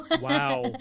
Wow